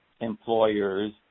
employers